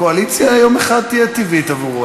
קואליציה יום אחד תהיה טבעית עבורו.